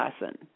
lesson